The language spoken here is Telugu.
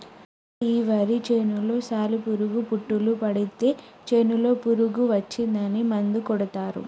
అయితే ఈ వరి చేనులో సాలి పురుగు పుట్టులు పడితే చేనులో పురుగు వచ్చిందని మందు కొడతారు